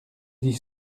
dit